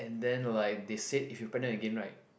and then like they said if you pregnant again right